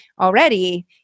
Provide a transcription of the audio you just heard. already